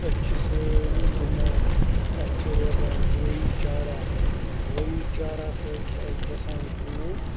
أسۍ چھِ سٲری گِنٛدان اَسہِ چھِ روزان بایی چارہ بایی چارہ سۭتۍ چھِ اَسہِ گژھان کٲم